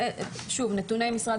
את נתוני משרד